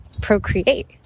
procreate